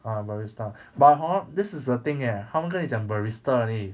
uh barista but hor this is the thing eh 他们跟你讲 barista only